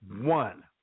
one